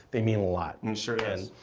they mean a lot. and sure does.